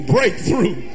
Breakthrough